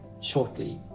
shortly